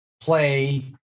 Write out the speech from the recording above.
play